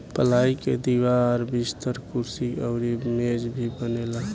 पलाई के दीवार, बिस्तर, कुर्सी अउरी मेज भी बनेला